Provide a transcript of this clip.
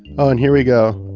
oh, and here we go.